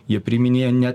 jie priiminėja ne